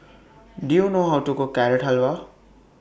Do YOU know How to Cook Carrot Halwa